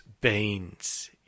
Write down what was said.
beans